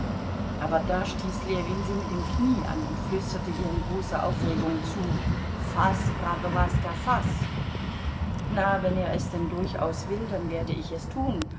aber da stieß ljewin sie mit dem knie an und flüsterte ihr in großer aufregung zu faß brave laska faß na wenn er es denn durchaus will dann werde ich es tun